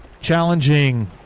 challenging